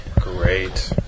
Great